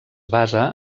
basa